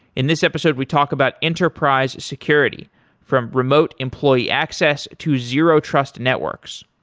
in this episode we talk about enterprise security from remote employee access to zero trust networks.